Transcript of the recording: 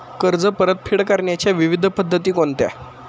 कर्ज परतफेड करण्याच्या विविध पद्धती कोणत्या?